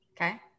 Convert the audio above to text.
Okay